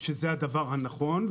זה הדבר הנכון,